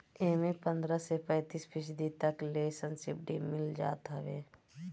एमे पन्द्रह से पैंतीस फीसदी तक ले सब्सिडी मिल जात हवे